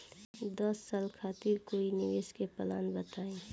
दस साल खातिर कोई निवेश के प्लान बताई?